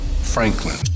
Franklin